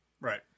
Right